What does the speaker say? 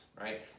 right